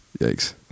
Yikes